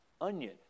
onion